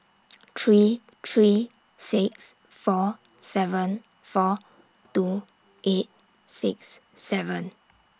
three three six four seven four two eight six seven